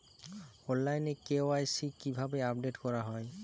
অনলাইনে কে.ওয়াই.সি কিভাবে আপডেট করা হয়?